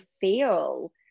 feel